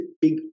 big